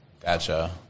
gotcha